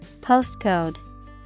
Postcode